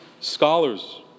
scholars